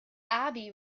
abbey